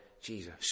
Jesus